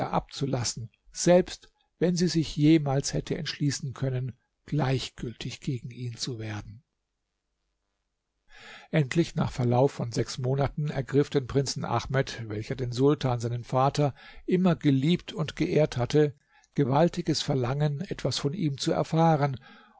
abzulassen selbst wenn sie sich jemals hätte entschließen können gleichgültig gegen ihn zu werden endlich nach verlauf von sechs monaten ergriff den prinzen ahmed welcher den sultan seinen vater immer geliebt und geehrt hatte gewaltiges verlangen etwas von ihm zu erfahren